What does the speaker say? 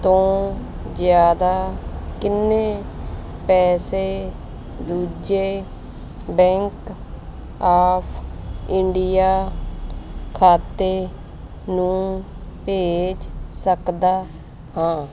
ਤੋਂ ਜ਼ਿਆਦਾ ਕਿੰਨੇ ਪੈਸੇ ਦੂਜੇ ਬੈਂਕ ਆਫ ਇੰਡੀਆ ਖਾਤੇ ਨੂੰ ਭੇਜ ਸਕਦਾ ਹਾਂ